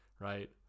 right